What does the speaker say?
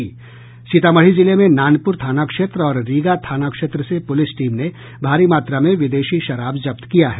सीतामढ़ी जिले में नानपुर थाना क्षेत्र और रीगा थाना क्षेत्र से पुलिस टीम ने भारी मात्रा में विदेशी शराब जब्त किया है